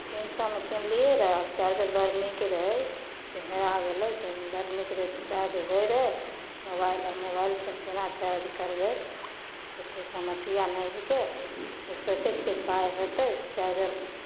तीन सएमे किनलियै रहए चार्जर बड़ नीक रहै से हेरा गेलै से बड़ नीक रहै से चार्ज होइ रहै मोबाइल आब मोबाइलसँ हम केना चार्ज करबै से कोइ समस्या नहि हिकै फेर सोचै छियै पाइ होतै तऽ चार्जर